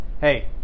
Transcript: Hey